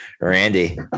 Randy